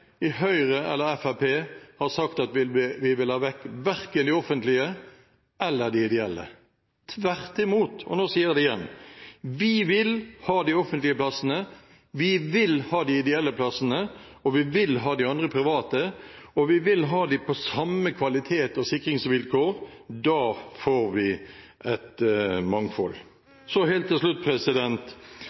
i Høyre eller i Fremskrittspartiet har sagt at vi vil ha vekk de offentlige eller de ideelle, tvert imot. Jeg sier det igjen: Vi vil ha de offentlige plassene. Vi vil ha de ideelle plassene. Vi vil ha de andre, de private. Og vi vil at de skal gis samme kvalitets- og sikringsvilkår. Da får vi et mangfold. Helt til slutt: